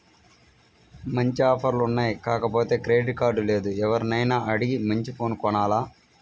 మంచి ఆఫర్లు ఉన్నాయి కాకపోతే క్రెడిట్ కార్డు లేదు, ఎవర్నైనా అడిగి మంచి ఫోను కొనాల